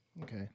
Okay